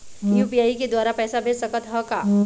UPI के द्वारा पैसा भेज सकत ह का?